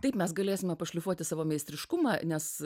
taip mes galėsime pašlifuoti savo meistriškumą nes